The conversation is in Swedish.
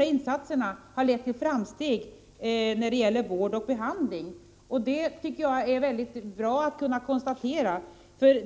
insatserna har lett till framsteg när det gäller vård och behandling. Det tycker jag är mycket bra att kunna konstatera.